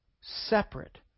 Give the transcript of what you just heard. separate